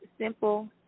simple